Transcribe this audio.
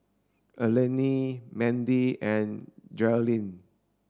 Alline Mindy and Geralyn